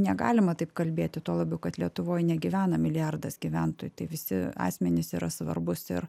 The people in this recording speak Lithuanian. negalima taip kalbėti tuo labiau kad lietuvoj negyvena milijardas gyventojų tai visi asmenys yra svarbūs ir